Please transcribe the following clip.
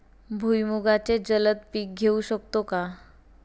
भुईमुगाचे जलद पीक घेऊ शकतो का?